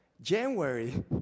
January